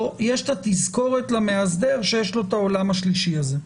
יש תזכורת למאסדר שיש לו העולם השלישי הזה?